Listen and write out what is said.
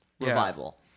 Revival